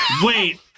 Wait